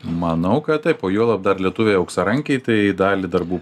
manau kad taip o juolab dar lietuviai auksarankiai tai dalį darbų